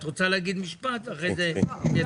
את רוצה להגיד משפט ואחרי זה הם יציגו את הדברים?